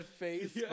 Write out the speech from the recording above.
face